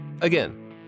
Again